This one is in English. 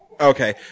Okay